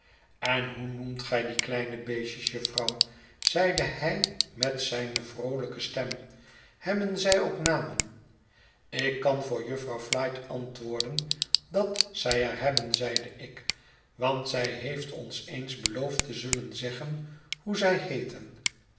en hoe noemt gij die kleine beestjes jufvrouw zeide hij met zijne vroolijke stem hebben zij ook namen ik kan voor jufvrouw flite antwoorden dat zij er hebben zeide ik want zij heeft ons eens beloofd te zullen zeggen hoe zij heeten